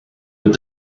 with